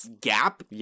gap